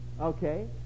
Okay